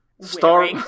Star